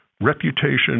Reputation